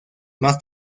más